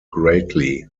greatly